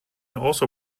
also